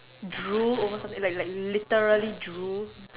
drool over something like like literally drool